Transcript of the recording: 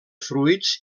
fruits